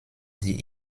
die